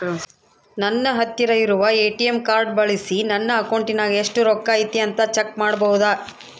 ನನ್ನ ಹತ್ತಿರ ಇರುವ ಎ.ಟಿ.ಎಂ ಕಾರ್ಡ್ ಬಳಿಸಿ ನನ್ನ ಅಕೌಂಟಿನಾಗ ಎಷ್ಟು ರೊಕ್ಕ ಐತಿ ಅಂತಾ ಚೆಕ್ ಮಾಡಬಹುದಾ?